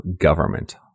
government